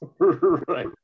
Right